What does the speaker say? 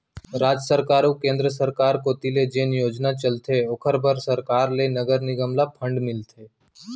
राज सरकार अऊ केंद्र सरकार कोती ले जेन योजना चलथे ओखर बर सरकार ले नगर निगम ल फंड मिलथे